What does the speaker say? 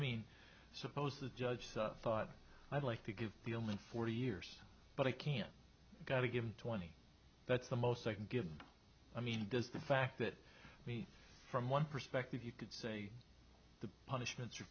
mean suppose the judge said i thought i'd like to give the only forty years but i can't get a given twenty that's the most i can give i mean does the fact that me from one perspective you could say the punishments are